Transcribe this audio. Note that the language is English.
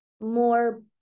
more